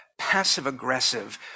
passive-aggressive